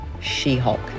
She-Hulk